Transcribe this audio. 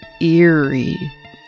eerie